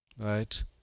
right